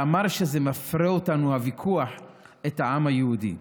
הוא אמר שהוויכוח מפרה אותנו, את העם היהודי.